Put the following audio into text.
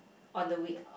on the wi~